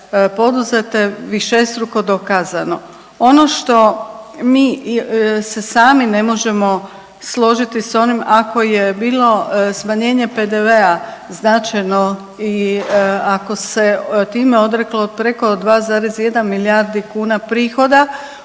poduzete višestruko dokazano. Ono što mi se sami ne možemo složiti sa onim ko je bilo smanjenje PDV-a značajno i ako se time odreklo preko 2,1 milijardi kuna prihoda